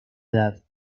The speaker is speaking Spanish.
edad